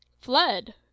Fled